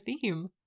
theme